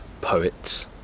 poets